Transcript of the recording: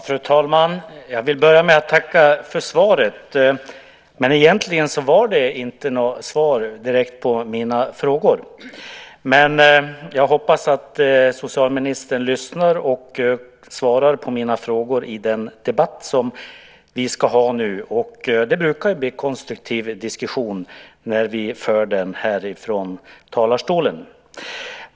Fru talman! Jag börjar med att tacka för svaret. Men egentligen var det inte något svar direkt på mina frågor. Men jag hoppas att socialministern lyssnar och svarar på mina frågor i den debatt som vi nu ska ha. Det brukar bli en konstruktiv diskussion när vi för den här från talarstolen.